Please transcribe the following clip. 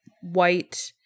white